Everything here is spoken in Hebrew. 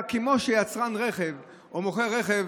כמו שיצרן רכב או מוכר רכב,